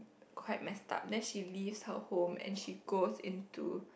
quite messed up then she leave her home and she goes into